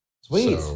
Sweet